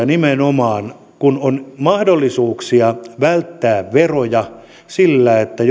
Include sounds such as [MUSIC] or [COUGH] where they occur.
[UNINTELLIGIBLE] nimenomaan on mahdollisuuksia välttää veroja sillä että [UNINTELLIGIBLE]